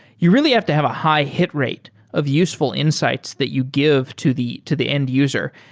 you really have to have a high hit rate of useful insights that you give to the to the end user.